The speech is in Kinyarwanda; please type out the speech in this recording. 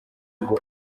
ngo